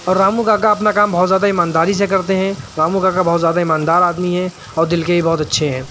اور رامو کاکا اپنا کام بہت زیادہ ایمان داری سے کرتے ہیں رامو کاکا بہت زیادہ ایمان دار آدمی ہیں اور دل کے بھی بہت اچھے ہیں